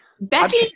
Becky